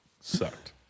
sucked